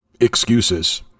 excuses